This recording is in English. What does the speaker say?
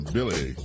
Billy